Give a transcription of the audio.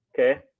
okay